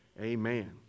Amen